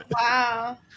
wow